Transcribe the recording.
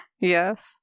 Yes